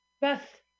Beth